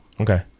Okay